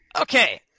Okay